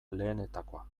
lehenetakoa